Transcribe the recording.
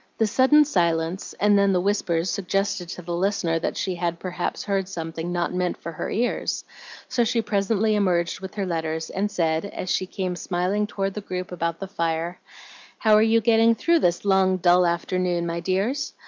the sudden silence and then the whispers suggested to the listener that she had perhaps heard something not meant for her ears so she presently emerged with her letters, and said, as she came smiling toward the group about the fire how are you getting through this long, dull afternoon, my dears?